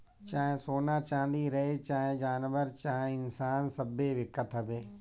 चाहे सोना चाँदी रहे, चाहे जानवर चाहे इन्सान सब्बे बिकत हवे